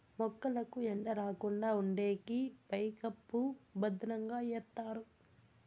మొక్కలకు ఎండ రాకుండా ఉండేకి పైకప్పు భద్రంగా ఎత్తారు